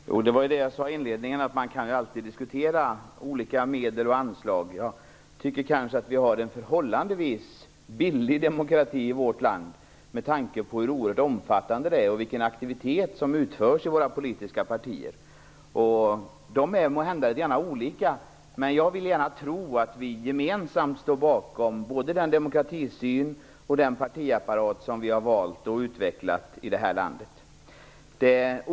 Herr talman! Det var det jag sade i inledningen, att man alltid kan diskutera olika medel eller anslag. Jag tycker att vi har en förhållandevis billig demokrati i vårt land, med tanke på hur oerhört omfattande den är och vilken aktivitet som utförs i våra politiska partier. De är måhända olika. Jag vill ändå gärna tro att vi gemensamt står bakom både den demokratisyn och den partiapparat vi har valt och utvecklat i vårt land.